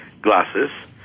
glasses